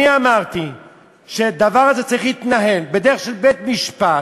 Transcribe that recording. אני אמרתי שהדבר הזה צריך להתנהל בדרך של בית-משפט,